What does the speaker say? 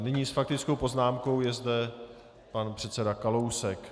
Nyní s faktickou poznámkou je zde pan předseda Kalousek.